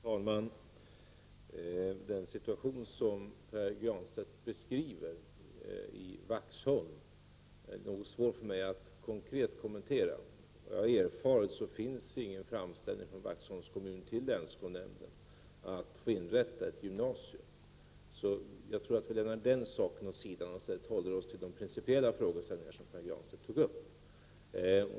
Herr talman! Den situation som Pär Granstedt beskriver i Vaxholm är det svårt för mig att konkret kommentera. Enligt vad jag erfarit finns ingen framställning från Vaxholms kommun till länsskolnämnden att få inrätta ett gymnasium. Jag tror därför att vi skall lägga den saken åt sidan och hålla oss till de principiella frågeställningar som Pär Granstedt tog upp.